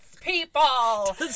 people